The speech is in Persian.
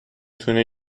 تونه